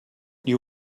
you